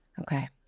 Okay